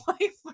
wife